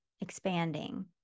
expanding